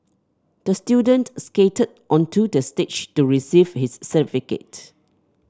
the student skated onto the stage to receive his certificate